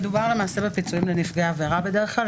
למעשה מדובר בפיצויים לנפגעי עבירה בדרך כלל.